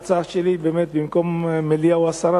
ההצעה שלי באמת במקום מליאה או הסרה,